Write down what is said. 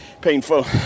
Painful